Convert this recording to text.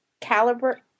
caliber